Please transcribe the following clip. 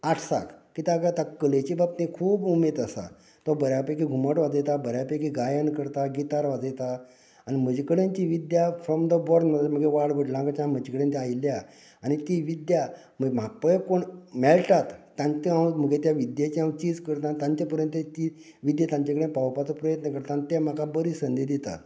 आर्टसांक कित्याक तांकां कलेची बाबतींत खूब उमेद आसा तो बऱ्यां पैकी घुमट वाजयता बऱ्यां पैकी गायन करता गितार वाजयता आनी म्हजे कडेन जी विद्या फ्रॉम द बॉर्न म्हजे वाड वडिलां कडल्यान म्हजें कडेन ती आयिल्ली आसा आनी ती विद्या म्हाक पळय कोण मेळटात तांका ती हांव म्हगे विद्देची चीज करता तांच्या पर्यंत ती विद्दा तांचे कडेन पावोवपाचो प्रयत्न करता आनी ते म्हाका बरी संदी दिता